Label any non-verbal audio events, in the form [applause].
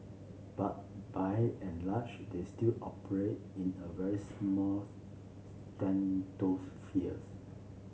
but by and large they still operate in a very small [unintelligible]